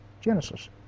Genesis